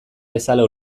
bezala